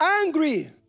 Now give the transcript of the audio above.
angry